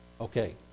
Okay